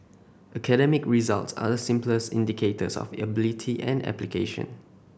academic results are the simplest indicators of ability and application